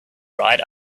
dried